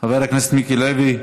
חבר הכנסת מיקי לוי,